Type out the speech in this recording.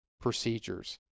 procedures